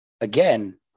again